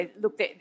look